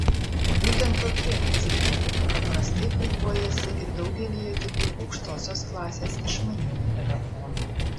būtent tokie cpu paprastai puikuojasi ir daugelyje kitų aukštosios klasės išmaniųjų telefonų